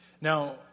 Now